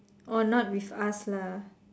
orh not with us lah